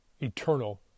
eternal